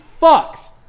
fucks